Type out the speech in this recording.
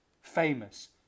famous